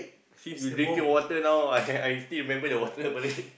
since you drinking water now I had I still remember the water parade